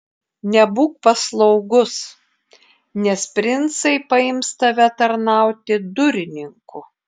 nebūk paslaugus nes princai paims tave tarnauti durininku